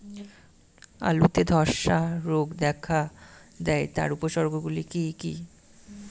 আলুতে ধ্বসা রোগ দেখা দেয় তার উপসর্গগুলি কি কি?